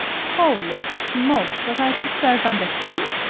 holy smokes! was i to serve under him?